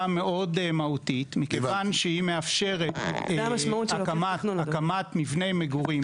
מהותית מאוד מכיוון שהיא מאפשרת הקמת מבני מגורים,